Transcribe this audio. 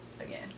again